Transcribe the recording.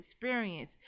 experience